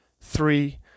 Three